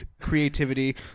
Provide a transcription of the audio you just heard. creativity